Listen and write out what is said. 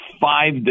five